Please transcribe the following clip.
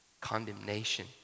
condemnation